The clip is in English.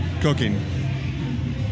cooking